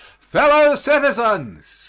fellow citizens.